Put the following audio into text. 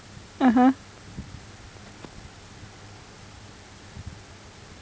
(uh huh)